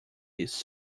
his